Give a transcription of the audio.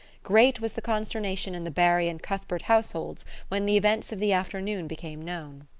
great was the consternation in the barry and cuthbert households when the events of the afternoon became known.